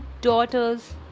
daughters